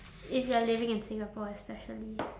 if you're living in singapore especially